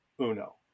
Uno